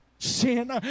sin